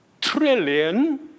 trillion